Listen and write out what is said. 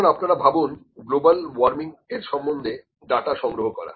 যেমন আপনারা ভাবুন গ্লোবাল ওয়ার্মিং এর সম্বন্ধে ডাটা সংগ্রহ করা